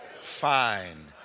find